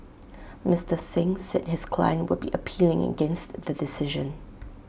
Mister Singh said his client would be appealing against the decision